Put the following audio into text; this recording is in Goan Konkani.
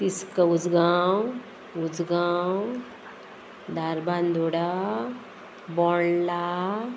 तिस्क उसगांव उसगांव धारबांदोडा बोंडला